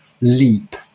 leap